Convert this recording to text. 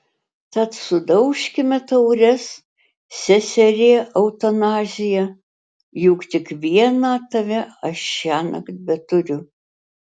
tad sudaužkime taures seserie eutanazija juk tik vieną tave aš šiąnakt beturiu